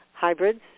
hybrids